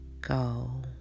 go